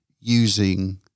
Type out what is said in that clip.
using